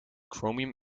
chromium